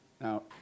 Now